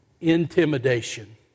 intimidation